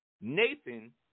Nathan